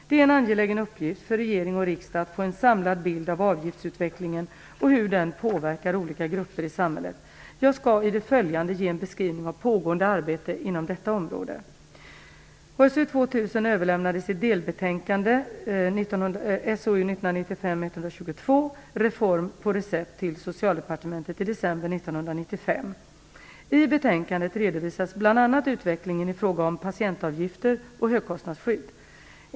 Det är en angelägen uppgift för regering och riksdag att få en samlad bild av avgiftsutvecklingen och hur den påverkar olika grupper i samhället. Jag skall i det följande ge en beskrivning av pågående arbete inom detta område. 1995:122) Reform på recept till Socialdepartementet i december 1995. I betänkandet redovisas bl.a. utvecklingen i fråga om patientavgifter och högkostnadsskydd.